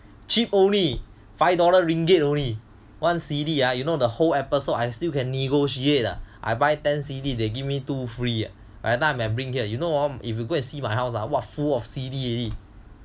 cheap only five dollar ringgit only one C_D ah you know the whole episode I still can negotiate ah I buy ten C_D they give me two free by the time bring here you know hor if you go and see my house ah what full of C_D already